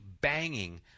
banging